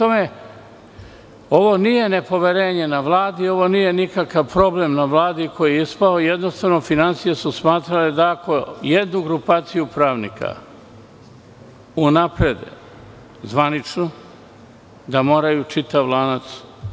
Ovo nije nepoverenje na Vladi, ovo nije nikakav problem na Vladi, jednostavno, Ministarstvo finansija je smatralo da ako jednu grupaciju pravnika unaprede zvanično, da onda moraju i čitav lanac.